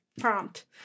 prompt